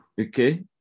okay